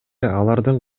алардын